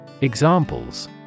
Examples